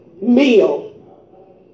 meal